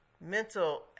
mental